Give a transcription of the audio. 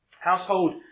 Household